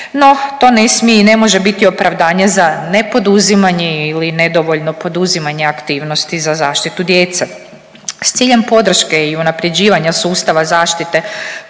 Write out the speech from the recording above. no to ne smije i ne može biti opravdanje za nepoduzimanje ili nedovoljno poduzimanje aktivnosti za zaštitu djece. S ciljem podrške i unaprjeđivanja sustava zaštite